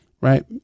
Right